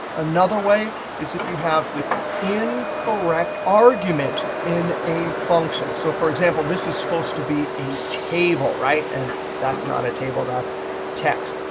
another way is if you have the incorrect argument in a function. so, for example, this is supposed to be a table, right? and that's not a table, that's text.